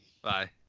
Bye